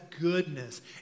goodness